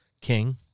king